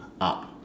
up